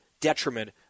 detriment